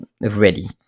ready